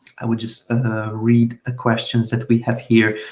i would just, ah read a questions that we have here.